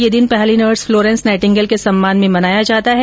यह दिन पहली नर्स फ्लोरेंस नाइटिंगेल के सम्मान में मनाया जाता है